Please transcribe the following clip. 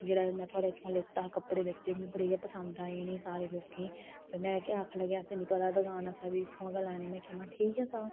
जेहड़ा में थुआढ़े इत्थुआं लैता हा कपडे़ बडे़ गै पसंद आए इंहे सारे लोंके गी ते में आक्खन लगे असें गी नेई ंपता दकान असें बी इत्थुआं गै लैना में आखेआ ठीक ऐ